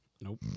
nope